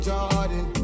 Jordan